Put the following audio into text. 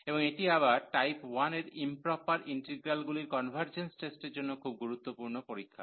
এবং এটি আবার টাইপ 1 এর ইম্প্রপার ইন্টিগ্রালগুলির কনভার্জেন্স টেস্টের জন্য খুব গুরুত্বপূর্ণ পরীক্ষা